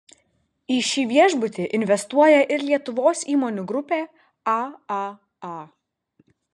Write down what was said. į šį viešbutį investuoja ir lietuvos įmonių grupė aaa